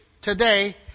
today